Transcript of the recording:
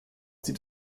sieht